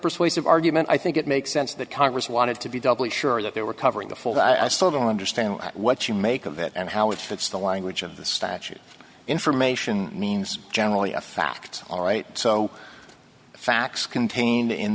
persuasive argument i think it makes sense that congress wanted to be doubly sure that they were covering the full that i still don't understand what you make of it and how it fits the language of the statute information means generally a fact all right so the facts contained in